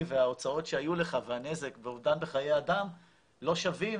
וההוצאות שהיו לך והנזק ואובדן בחיי אדם לא שווים